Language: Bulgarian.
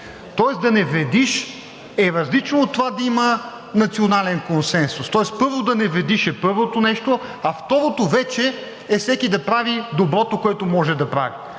Тоест да не вредиш е различно от това да има национален консенсус. Тоест да не вредиш е първото нещо, а второто вече е всеки да прави доброто, което може да прави.